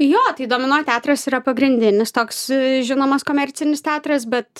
jo tai domino teatras yra pagrindinis toks žinomas komercinis teatras bet